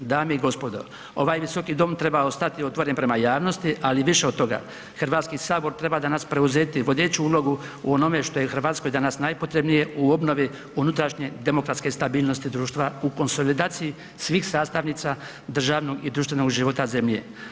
Dame i gospodo, ovaj visoki dom treba ostati otvoren prema javnosti, ali i više od toga, Hrvatski sabor treba danas preuzeti vodeću ulogu u onome što je Hrvatskoj danas najpotrebnije u obnovi unutrašnje demokratske stabilnosti društva u konsolidaciji svih sastavnica državnog i društvenog života zemlje.